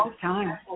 time